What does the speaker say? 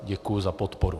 Děkuji za podporu.